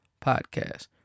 podcast